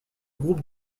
groupe